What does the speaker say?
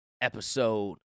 episode